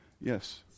Yes